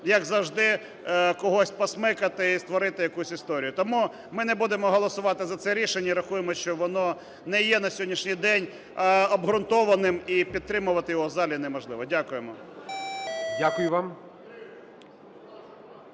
як завжди, когось посмикати і створити якусь історію. Тому ми не будемо голосувати за це рішення і рахуємо, що воно не є на сьогоднішній день обґрунтованим, і підтримувати його в залі неможливо. Дякуємо. ГОЛОВУЮЧИЙ.